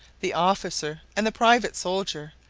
the officer and the private soldier,